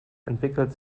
entwickelt